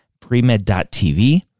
premed.tv